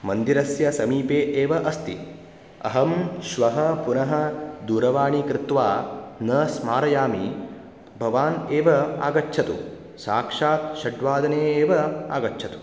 मन्दिरस्य समीपे एव अस्ति अहं श्वः पुनः दूरवाणी कृत्वा न स्मारयामि भवान् एव आगच्छतु साक्षात् षड्वादने एव आगच्छतु